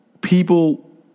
People